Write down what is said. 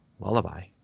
lullaby